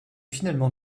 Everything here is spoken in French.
finalement